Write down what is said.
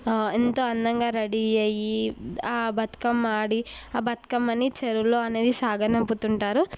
ఎంతో అందంగా రెడీ అయ్యి ఆ బతుకమ్మ ఆడి ఆ బతుకమ్మని చెరువులో అనేది సాగనంపుతుంటారు